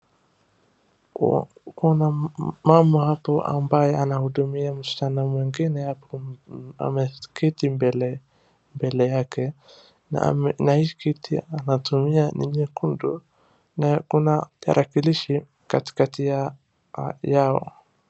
Kuna mama hapo ambaye anahudumia msichana mwingine hapo ameketi mbele yake na hii kiti anatumia ni nyekundu na kuna tarakilishi katikati yao.